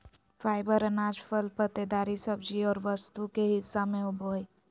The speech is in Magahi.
फाइबर अनाज, फल पत्तेदार सब्जी और वस्तु के हिस्सा में होबो हइ